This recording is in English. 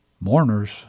mourners